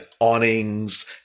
awnings